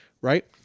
Right